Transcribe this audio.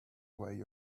way